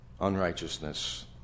Unrighteousness